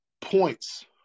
points